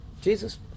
Jesus